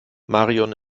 marion